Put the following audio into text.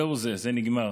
זהו זה, זה נגמר.